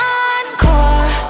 encore